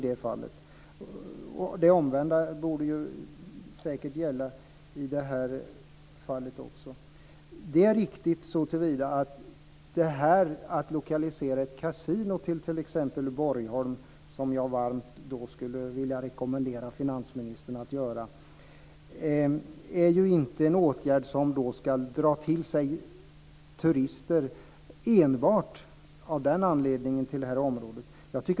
Det omvända borde gälla i det här fallet. Det är riktigt såtillvida att frågan om att lokalisera ett kasino till t.ex. Borgholm - som jag varmt rekommenderar finansministern att göra - inte är en åtgärd som ska dra till sig turister enbart av den anledningen till området.